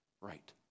right